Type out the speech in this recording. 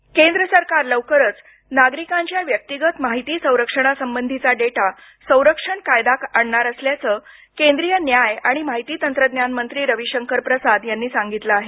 data संरक्षण केंद्र सरकार लवकरच नागरिकांच्या व्यक्तिगत माहिती संरक्षणा संबधीचा डेटा संरक्षण कायदा आणणार असल्याचं केंद्रीय न्याय आणि माहिती तंत्रज्ञान मंत्री रविशंकर प्रसाद यांनी सांगितलं आहे